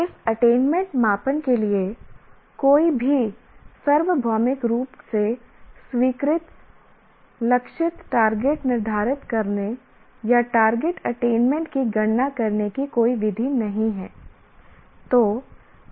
इस अटेनमेंट मापन के लिए कोई भी सार्वभौमिक रूप से स्वीकृत लक्षित टारगेट निर्धारित करने या टारगेट अटेनमेंट की गणना करने की कोई विधि नहीं है